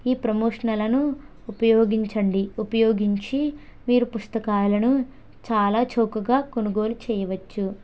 ఈ ప్రమోషనల్లను ఉపయోగించండి ఉపయోగించి మీరు పుస్తకాలను చాలా చౌకగా కొనుగోలు చేయవచ్చు